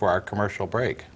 for our commercial break